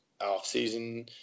off-season